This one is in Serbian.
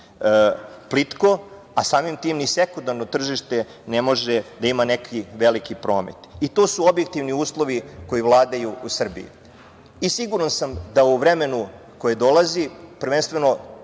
plitko, a samim tim i sekundarno tržište ne može da ima neki veliki promet. To su objektivni uslovi koji vladaju u Srbiji. Siguran sam da u vremenu koje dolazi, prvenstveno